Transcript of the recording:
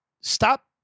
Stop